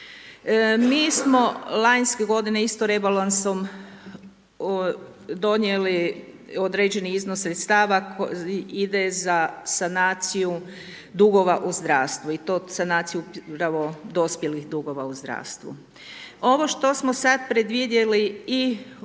Mi smo lanjske godine isto rebalansom donijeli određeni iznos sredstava koji ide za sanaciju dugova u zdravstvu i to sanaciju upravo dospjelih dugova u zdravstvu. Ovo što smo sad predvidjeli i unutarnjom